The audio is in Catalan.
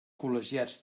col·legiats